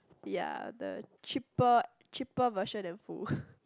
ya the cheaper cheaper version and full